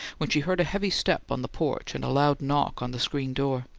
when she heard a heavy step on the porch and a loud knock on the screen door.